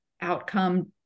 outcome